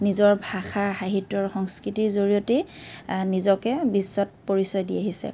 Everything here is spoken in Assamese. নিজৰ ভাষা সাহিত্য আৰু সংস্কৃতিৰ জৰিয়তেই নিজকে বিশ্বত পৰিচয় দি আহিছে